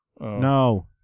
No